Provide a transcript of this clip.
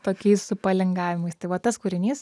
tokiais su palingavimais tai va tas kūrinys